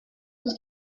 his